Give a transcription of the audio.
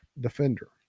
defender